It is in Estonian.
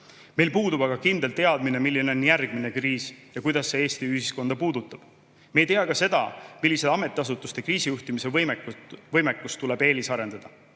Meil puudub aga kindel teadmine, milline on järgmine kriis ja kuidas see Eesti ühiskonda puudutab. Me ei tea ka seda, milliste ametiasutuste kriisijuhtimise võimekust tuleb eelisarendada.